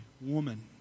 woman